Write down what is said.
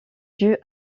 dues